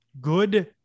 good